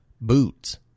boots